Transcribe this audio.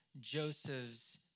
Joseph's